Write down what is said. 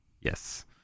Yes